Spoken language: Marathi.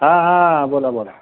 हां हां हां बोला बोला